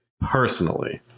personally